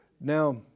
Now